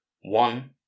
One